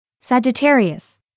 Sagittarius